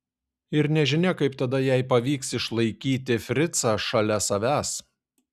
ir nežinia kaip tada jai pavyks išlaikyti fricą šalia savęs